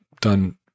done